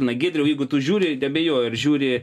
giedriau jeigu tu žiūri abejojo ar žiūri